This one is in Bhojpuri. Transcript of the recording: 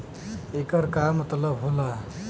येकर का मतलब होला?